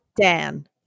Dan